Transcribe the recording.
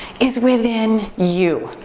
is within you.